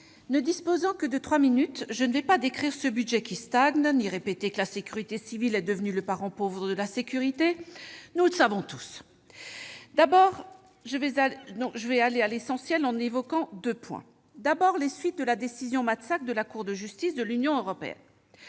ne disposant que de trois minutes, je ne vais pas décrire ce budget qui stagne ou répéter que la sécurité civile est devenue le parent pauvre de la sécurité. Nous le savons tous. Je vais aller à l'essentiel en évoquant deux points, à commencer par les suites de l'arrêt de la Cour de justice de l'Union européenne.